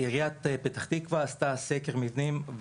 עיריית פתח תקווה עשתה סקר מבנים.